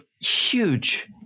huge